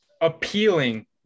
appealing